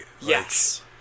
Yes